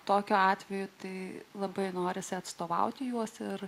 tokiu atveju tai labai norisi atstovauti juos ir